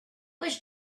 was